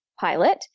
pilot